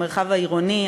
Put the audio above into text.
המרחב העירוני,